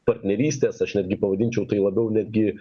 partnerystės aš netgi pavadinčiau tai labiau netgi